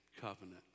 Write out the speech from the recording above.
covenant